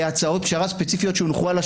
אני חושב שמה שאנחנו מעבירים פה עכשיו הוא בגדר